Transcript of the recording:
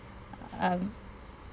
um